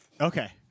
Okay